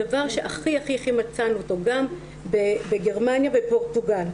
הדבר שהכי מצאנו אותו גם בגרמניה ופורטוגל,